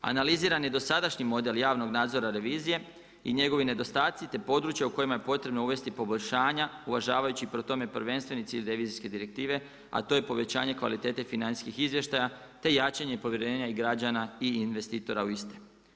Analizirani je dosadašnji model javnog nadzora revizije i njegovi nedostaci te područja u kojima je potrebno uvesti poboljšanja uvažavajući pri tome prvenstveni cilj revizijske direktive, a to je povećanje kvalitete financijskih izvještaja te jačanje povjerenja građana i investitora u iste.